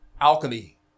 alchemy